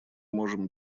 можем